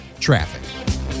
Traffic